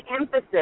emphasis